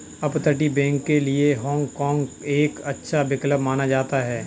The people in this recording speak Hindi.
अपतटीय बैंक के लिए हाँग काँग एक अच्छा विकल्प माना जाता है